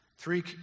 Three